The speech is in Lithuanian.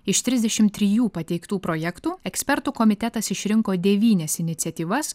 iš trisdešim trijų pateiktų projektų ekspertų komitetas išrinko devynias iniciatyvas